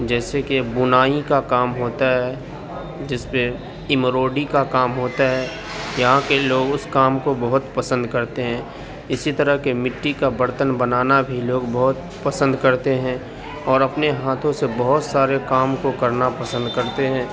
جیسے کہ بنائی کا کام ہوتا ہے جس پہ امروڈی کا کام ہوتا ہے یہاں کے لوگ اس کام کو بہت پسند کرتے ہیں اسی طرح کے مٹی کا برتن بنانا بھی لوگ بہت پسند کرتے ہیں اور اپنے ہاتھوں سے بہت سارے کام کو کرنا پسند کرتے ہیں